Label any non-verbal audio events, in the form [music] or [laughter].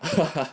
[laughs]